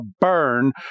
Burn